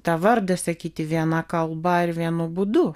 tą vardą sakyti viena kalba ir vienu būdu